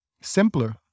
simpler